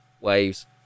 waves